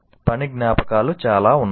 పని జ్ఞాపకాలు చాలా ఉన్నాయా